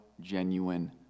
genuine